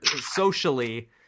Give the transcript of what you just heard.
socially